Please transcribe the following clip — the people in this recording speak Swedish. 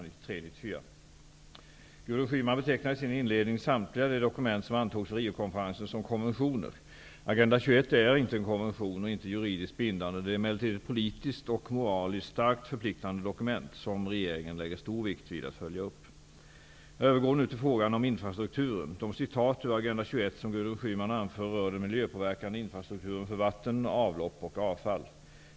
Gudrun Schyman betecknar i sin inledning samtliga de dokument som antogs vid Riokonferensen som konventioner. Agenda 21 är inte en konvention och inte juridiskt bindande. Den är emellertid ett politiskt och moralist starkt förpliktande dokument, som regeringen lägger stor vikt vid att följa upp. Jag övergår nu till frågan om infrastrukturen. De citat ur Agenda 21 som Gudrun Schyman anför rör den miljöpåverkande infrastrukturen för vatten, avlopp och avfall.